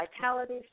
vitality